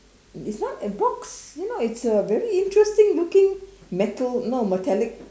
it's not a box you know it's a very interesting looking metal no metallic